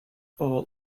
all